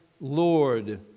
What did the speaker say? Lord